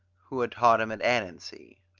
who had taught him at annecy.